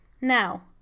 Now